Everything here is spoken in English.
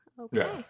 okay